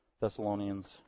Thessalonians